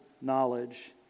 knowledge